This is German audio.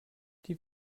die